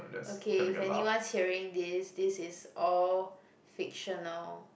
okay if anyone's hearing this this is all fictional